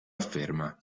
afferma